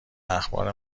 اخبار